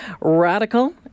radical